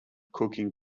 cooking